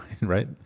right